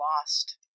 lost